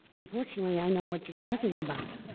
unfortunately, i know what you're talking about.